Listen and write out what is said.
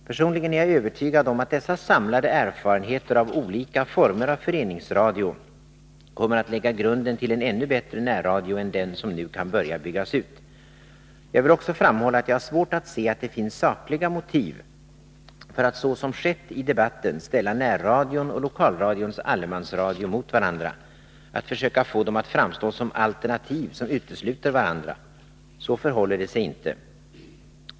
Personligen är jag övertygad om att dessa samlade erfarenheter av olika former av föreningsradio kommer att lägga grunden till en ännu bättre närradio än den som nu kan börja byggas ut. Jag Nr 162 vill också framhålla att jag har svårt att se att det finns sakliga motiv för att så Onsdagen den som skett i debatten ställa närradion och lokalradions allemansradio mot 2 juni 1982 varandra, att försöka få dem att framstå som alternativ, som utesluter varandra. Så förhåller det sig inte.